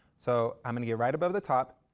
so, i'm going to get right above the top.